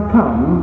come